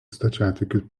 stačiatikių